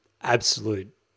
absolute